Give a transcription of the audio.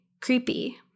creepy